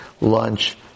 lunch